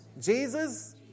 Jesus